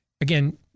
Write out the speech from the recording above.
again